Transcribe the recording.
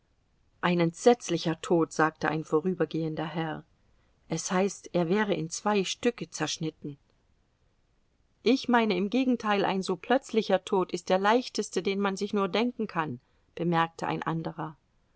ein entsetzlicher tod sagte ein vorübergehender herr es heißt er wäre in zwei stücke zerschnitten ich meine im gegenteil ein so plötzlicher tod ist der leichteste den man sich nur denken kann bemerkte ein anderer